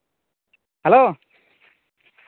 hello